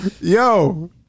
Yo